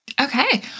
Okay